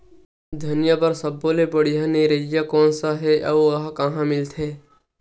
धनिया बर सब्बो ले बढ़िया निरैया कोन सा हे आऊ ओहा कहां मिलथे?